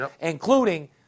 including